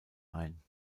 ein